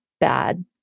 bad